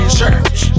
church